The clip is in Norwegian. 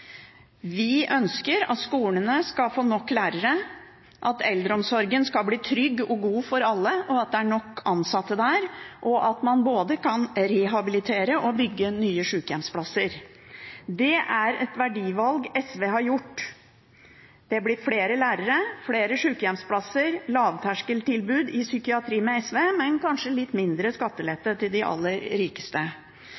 Vi ønsker at skolene skal få nok lærere, at eldreomsorgen skal bli trygg og god for alle, at det er nok ansatte der, og at man både kan rehabilitere og bygge nye sykehjemsplasser. Det er et verdivalg SV har gjort. Det blir flere lærere, flere sykehjemsplasser og lavterskeltilbud i psykiatrien med SV, men kanskje litt mindre